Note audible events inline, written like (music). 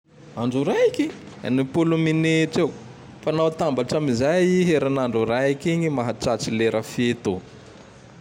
(noise) Andro raiky! (noise) Enimpolo minitry eo. Fa naho atambatry amizay i herin'andro raiky igny mahatratry lera fito. (noise)